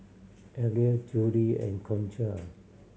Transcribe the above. Abdiel Judi and Concha